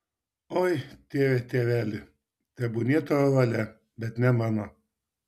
oi tėve tėveli tebūnie tavo valia bet ne mano